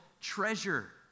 treasure